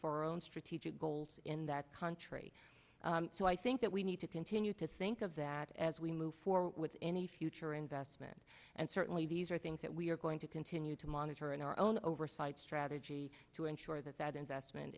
for our own strategic goals in that country so i think that we need to continue to think of that as we move forward with any future investment and certainly these are things that we are going to continue to monitor in our own oversight strategy to ensure that that investment